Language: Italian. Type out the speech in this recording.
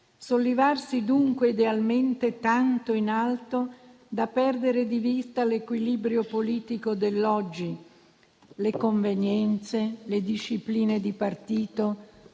sollevarsi, dunque, idealmente tanto in alto da perdere di vista l'equilibrio politico dell'oggi, le convenienze, le discipline di partito,